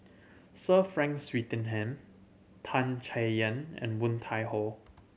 Sir Frank Swettenham Tan Chay Yan and Woon Tai Ho